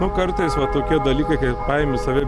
nu kartais va tokie dalykai kai paimi save